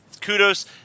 kudos